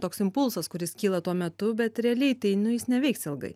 toks impulsas kuris kyla tuo metu bet realiai tai nu jis neveiks ilgai